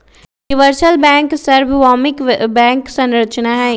universal bank सर्वभौमिक bank संरचना हई